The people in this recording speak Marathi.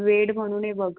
वेड म्हणून आहे बघ